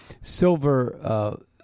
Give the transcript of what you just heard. silver